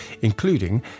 including